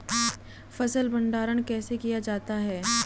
फ़सल भंडारण कैसे किया जाता है?